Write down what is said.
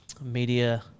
media